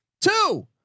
Two